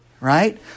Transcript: Right